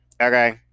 Okay